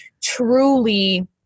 truly